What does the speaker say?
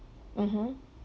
mmhmm